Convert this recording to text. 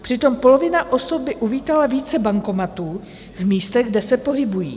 Přitom polovina osob by uvítala více bankomatů v místech, kde se pohybují.